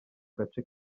gace